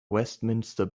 westminster